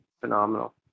phenomenal